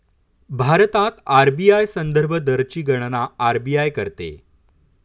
भारतात आर.बी.आय संदर्भ दरची गणना आर.बी.आय करते